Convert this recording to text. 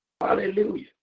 Hallelujah